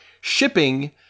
shipping